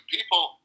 People